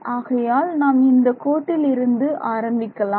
ஆகையால் நாம் இந்தக் கோட்டில் இருந்து ஆரம்பிக்கலாம்